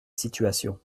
situation